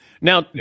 Now